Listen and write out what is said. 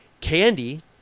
candy